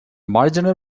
marginal